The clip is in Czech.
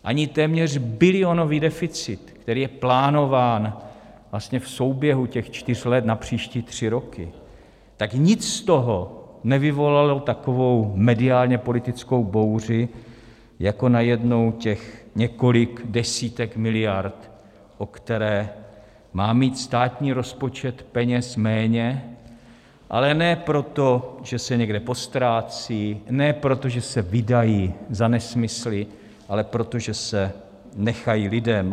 Ani téměř bilionový deficit, který je plánován v souběhu těch čtyř let na příští tři roky, tak nic z toho nevyvolalo takovou mediálně politickou bouři jako najednou těch několik desítek miliard, o které má mít státní rozpočet peněz méně, ale ne proto, že se někde poztrácí, ne proto, že se vydají za nesmysly, ale proto, že se nechají lidem.